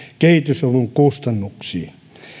kehitysavun kustannuksiin